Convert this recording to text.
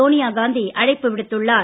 Sonia Gandhi அழைப்புவிடுத்துள்ளார்